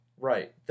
Right